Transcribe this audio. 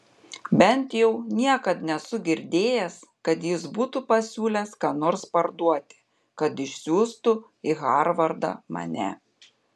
bent jau niekad nesu girdėjęs kad jis būtų pasiūlęs ką nors parduoti kad išsiųstų į harvardą mane